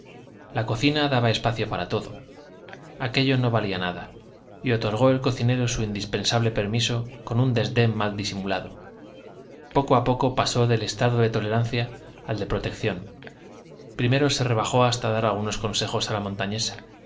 la cocina daba espacio para todo aquello no valía nada y otorgó el cocinero su indispensable permiso con un desdén mal disimulado poco a poco pasó del estado de tolerancia al de protección primero se rebajó hasta dar algunos consejos a la montañesa